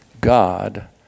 God